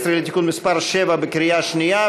הישראלי (תיקון מס' 7) בקריאה שנייה.